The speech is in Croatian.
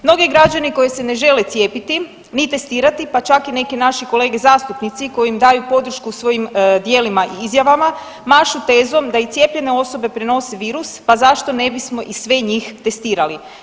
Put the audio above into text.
Mnogi građani koji se ne žele cijepiti, ni testirati pa čak i neki naši kolege zastupnici koji im daju podršku svojim djelima i izjavama mašu tezom da i cijepljene osobe prenose virus pa zašto ne bismo i sve njih testirali.